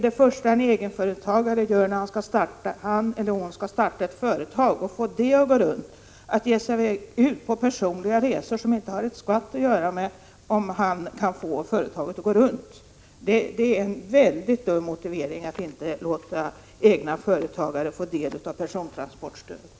Det första en egenföretagare gör när han eller hon skall starta ett företag och få det att ”gå runt” är inte att ge sig ut på personliga resor, som inte har ett skvatt att göra med möjligheterna att få företaget att bära sig. Att hävda att så skulle vara fallet vore en väldigt dum motivering för att inte låta egenföretagare få del av persontransportstödet.